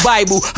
Bible